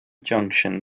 junction